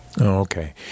Okay